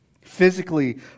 Physically